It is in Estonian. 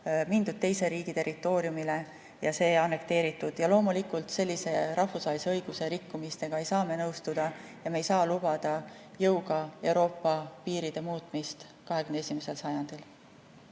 mindud teise riigi territooriumile ja see annekteeritud. Loomulikult, sellise rahvusvahelise õiguse rikkumisega ei saa me nõustuda ja me ei saa lubada jõuga Euroopa piiride muutmist 21. sajandil.